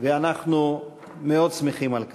ואנחנו מאוד שמחים על כך.